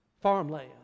Farmland